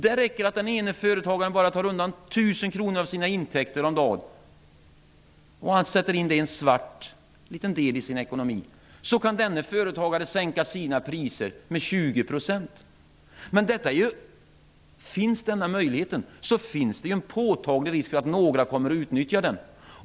Det räcker med att den ene företagaren tar undan bara 1 000 kr av sina intäkter om dagen och sätter in i en svart del av sin ekonomi, för att denne skall kunna sänka sina priser med 20 %. Om denna möjlighet finns, är risken påtaglig att några kommer att utnyttja den.